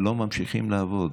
ולא ממשיכים לעבוד.